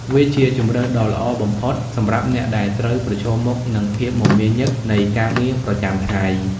វាជាជម្រើសដ៏ល្អបំផុតសម្រាប់អ្នកដែលត្រូវប្រឈមមុខនឹងភាពមមាញឹកនៃការងារប្រចាំថ្ងៃ។